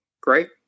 great